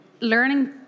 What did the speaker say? learning